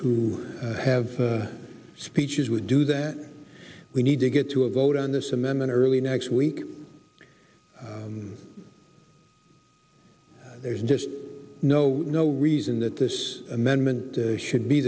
who have the speeches would do that we need to get to a vote on this amendment early next week and there's just no no reason that this amendment should